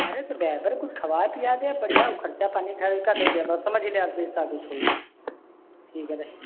अरे ड्रेवर कुछ खिला पिला देना बढ़िया और खर्चा पानी खैर उसका दे देवो समझ लिए जैसा कुछ होई ठीक रहि